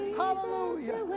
hallelujah